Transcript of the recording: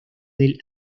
del